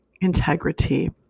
integrity